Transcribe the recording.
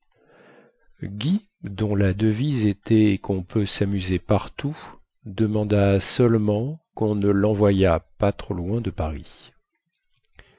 guy dont la devise était quon peut samuser partout demanda seulement quon ne lenvoyât pas trop loin de paris